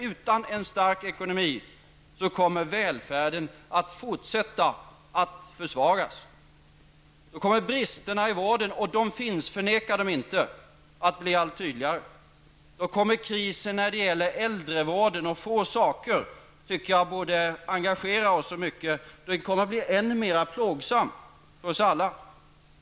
Utan en stark ekonomi kommer nämligen välfärden att fortsätta att försvagas. Då kommer bristerna i vården -- och de finns, förneka dem inte -- att bli allt tydligare. Då kommer krisen när det gäller äldrevården -- och få saker tycker jag borde engagera oss så mycket -- att bli ännu mer plågsam för oss alla.